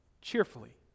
cheerfully